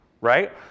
right